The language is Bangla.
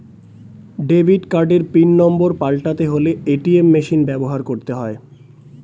ডেবিট কার্ডের পিন নম্বর পাল্টাতে হলে এ.টি.এম মেশিন ব্যবহার করতে হয়